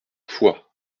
foix